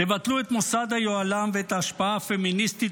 תבטלו את מוסד היוהל"ם ואת ההשפעה הפמיניסטית